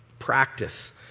practice